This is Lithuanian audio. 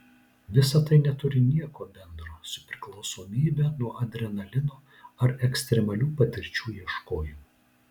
visa tai neturi nieko bendro su priklausomybe nuo adrenalino ar ekstremalių patirčių ieškojimu